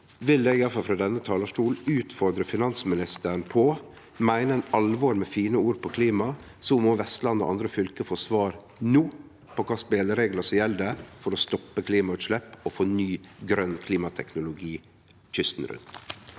vil eg frå denne talarstolen utfordre finansministeren på at meiner han alvor med fine ord om klima, så må Vestland og andre fylke no få svar på kva spelereglar som gjeld for å stoppe klimagassutslepp og få ny, grøn klimateknologi kysten rundt.